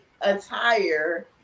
attire